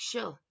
Sure